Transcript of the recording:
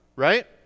right